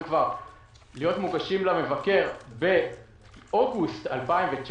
להיות מוגשים למבקר באוגוסט 2019,